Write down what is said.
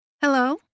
Hello